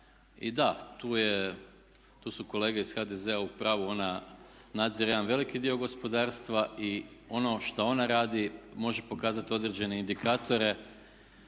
i da tu su kolege iz HDZ-a u pravu ona nadzire jedan veliki dio gospodarstva i ono šta ona radi može pokazati određene indikatore